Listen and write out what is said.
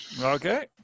Okay